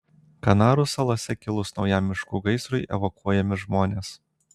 kanarų salose kilus naujam miškų gaisrui evakuojami žmonės